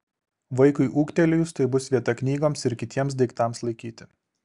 vaikui ūgtelėjus tai bus vieta knygoms ir kitiems daiktams laikyti